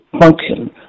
function